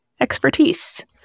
expertise